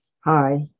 Hi